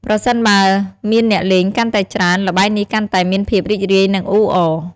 ប្រសិនបើមានអ្នកលេងកាន់តែច្រើន ល្បែងនេះកាន់តែមានភាពរីករាយ និងអ៊ូអរ។